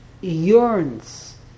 yearns